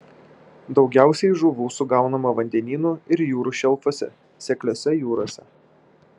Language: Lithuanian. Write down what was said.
daugiausiai žuvų sugaunama vandenynų ir jūrų šelfuose sekliose jūrose